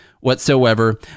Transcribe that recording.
whatsoever